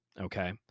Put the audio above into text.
okay